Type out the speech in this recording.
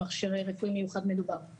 אני